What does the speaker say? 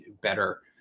better